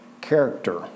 Character